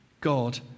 God